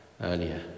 earlier